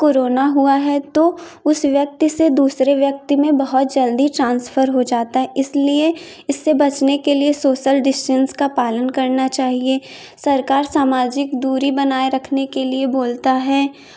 corona हुआ है तो उस व्यक्ति से दूसरे व्यक्ति में बहुत जल्दी ट्रान्सफर हो जाता है इसलिए इससे बचने के लिए सोशल डिस्टेंस का पालन करना चाहिए सरकार सामाजिक दूरी बनाए रखने के लिए बोलता है